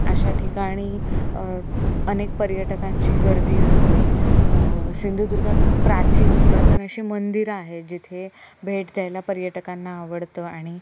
अशा ठिकाणी अनेक पर्यटकांची गर्दी असते सिंधुदुर्गात प्राचीन पुरातन अशी मंदिरं आहेत जिथे भेट द्यायला पर्यटकांना आवडतं आणि